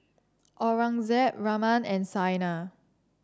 Aurangzeb Raman and Saina